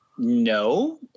No